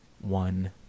one